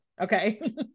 Okay